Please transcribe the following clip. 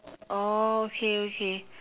oh okay okay